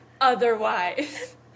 otherwise